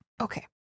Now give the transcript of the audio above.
Okay